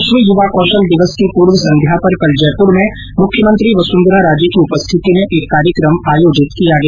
विश्व युवा कौशल दिवस की पूर्व सन्ध्या पर कल जयपुर में मुख्यमंत्री वसंधरा राजे की उपस्थिति में एक कार्यक्रम आयोजित किया गया